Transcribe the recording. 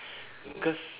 cause